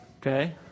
Okay